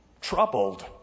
troubled